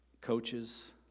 coaches